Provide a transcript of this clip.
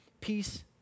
peace